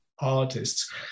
artists